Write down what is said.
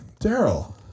Daryl